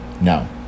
no